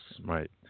Right